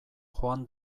joan